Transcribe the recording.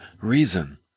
reason